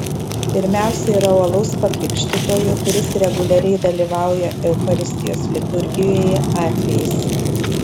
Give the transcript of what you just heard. pirmiausia yra uolaus pakrikštytojo kuris reguliariai dalyvauja eucharistijos liturgijoje atvejis